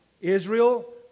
Israel